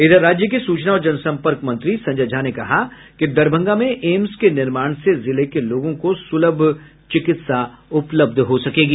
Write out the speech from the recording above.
इधर राज्य के सूचना और जन संपर्क मंत्री संजय झा ने कहा कि दरभंगा में एम्स के निर्माण से जिले के लोगों को सुलभ चिकित्स उपलब्ध हो सकेगी